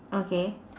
okay